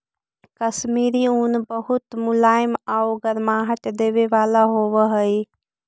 कश्मीरी ऊन बहुत मुलायम आउ गर्माहट देवे वाला होवऽ हइ